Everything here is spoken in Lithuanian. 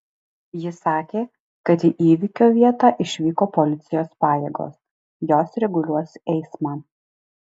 ji sakė kad į įvykio vietą išvyko policijos pajėgos jos reguliuos eismą